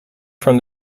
from